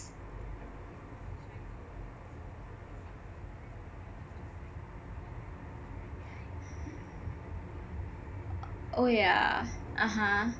oh yah (uh huh)